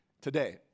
today